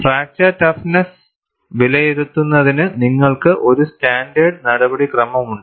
fracture toughness വിലയിരുത്തുന്നതിന് നിങ്ങൾക്ക് ഒരു സ്റ്റാൻഡേർഡ് നടപടിക്രമമുണ്ട്